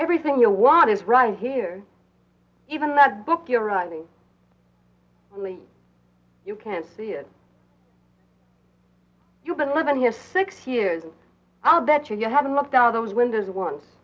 everything you want is right here even that book you're writing only you can see it you've been living here six years i'll bet you haven't left all those windows on